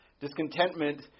Discontentment